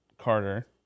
Carter